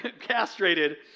castrated